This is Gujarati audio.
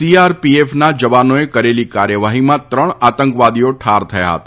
સીઆરપીએફના જવાનોએ કરેલી કાર્યવાહીમાં ત્રણ આતંકવાદીઓ ઠાર થયા હતા